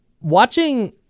Watching